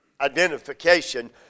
identification